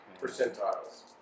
percentiles